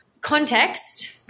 Context